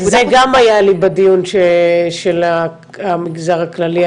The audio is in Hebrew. זה גם היה לי בדיון של המגזר הכללי,